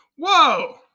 Whoa